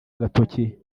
agatoki